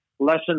lesson